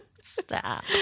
Stop